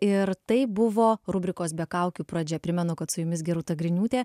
buvo rubrikos be kaukių pradžia primena kad su jumis gerūta griniūtė